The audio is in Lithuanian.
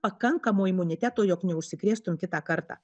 pakankamo imuniteto jog neužsikrėstum kitą kartą